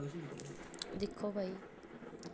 दिक्खो भाई